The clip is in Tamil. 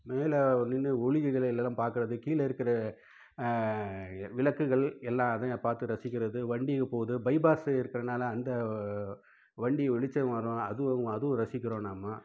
மேலே நின்று ஒளி பார்க்குறது கீழே இருக்கிற விளக்குகள் எல்லாம் அதையும் பார்த்து ரசிக்கிறது வண்டிகள் போகுது பைபாஸ்சு இருக்கிறதுனால அந்த வண்டி வெளிச்சம் வரும் அதுவும் அதுவும் ரசிக்கிறோம் நாம்